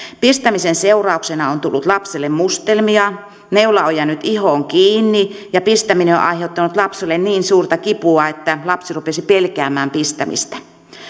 pistämisen seurauksena on tullut lapselle mustelmia neula on jäänyt ihoon kiinni ja pistäminen on on aiheuttanut lapselle niin suurta kipua että lapsi rupesi pelkäämään pistämistä